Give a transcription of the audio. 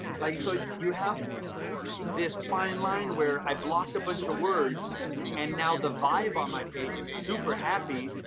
like so you have this fine line where i blocked a bunch of words and now the vibe on my page is super happy.